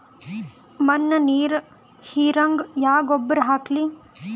ಮಣ್ಣ ನೀರ ಹೀರಂಗ ಯಾ ಗೊಬ್ಬರ ಹಾಕ್ಲಿ?